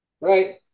Right